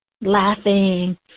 laughing